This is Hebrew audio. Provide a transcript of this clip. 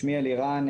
שמי אלירן,